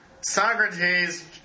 Socrates